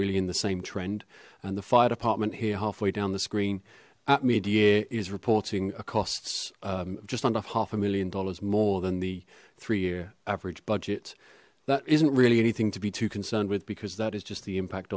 really in the same trend and the fire department here halfway down the screen at mid year is reporting a costs just under half a million dollars more than the three year average budget that isn't really anything to be too concerned with because that is just the impact